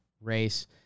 race